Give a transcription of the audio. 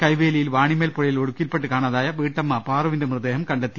കൈവേലിയിൽ വാണിമേൽ പുഴയിൽ ഒഴുക്കിൽപ്പെട്ട് കാണാതായ വീട്ടമ്മ പാറുവിന്റെ മൃതദേഹം കണ്ടെത്തി